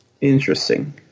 Interesting